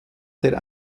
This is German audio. der